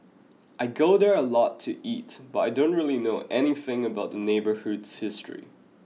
I go there a lot to eat but I don't really know anything about the neighbourhood's history